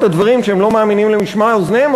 הדברים שהם לא מאמינים למשמע אוזניהם.